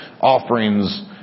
offerings